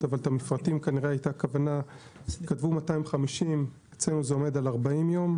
אבל כתבו 250 למפרטים ואצלנו זה עומד על 40 יום.